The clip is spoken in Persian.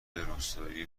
روستایی